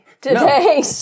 today